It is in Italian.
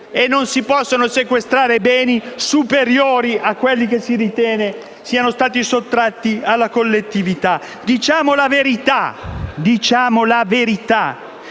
e non si possono sequestrare beni superiori a quelli che si ritiene siano stati sottratti alla collettività. Diciamo la verità.